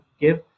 give